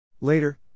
Later